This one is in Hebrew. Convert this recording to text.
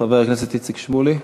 חבר הכנסת איציק שמולי,